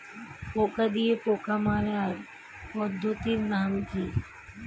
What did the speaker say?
পোকা দিয়ে পোকা মারার পদ্ধতির নাম কি?